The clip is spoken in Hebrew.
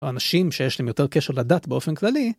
האנשים שיש להם יותר קשר לדת באופן כללי,